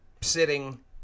sitting